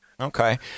Okay